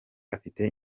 afite